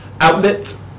outlet